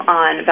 on